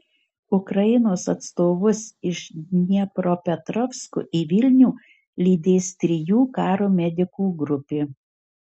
ukrainos atstovus iš dniepropetrovsko į vilnių lydės trijų karo medikų grupė